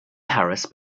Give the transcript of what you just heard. paris